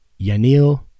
Yanil